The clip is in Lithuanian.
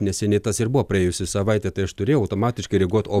neseniai tas ir buvo praėjusią savaitę tai aš turėjau automatiškai reaguot o